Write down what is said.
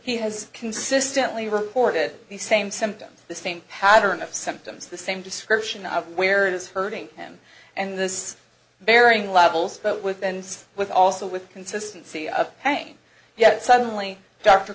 he has consistently reported the same symptoms the same pattern of symptoms the same description of where it is hurting him and this varying levels but with bends with also with consistency of pain yet suddenly dr